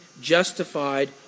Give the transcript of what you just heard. justified